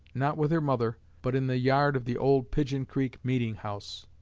not with her mother, but in the yard of the old pigeon creek meeting-house.